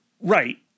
right